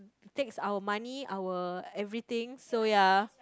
takes our money our everything so ya